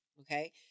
Okay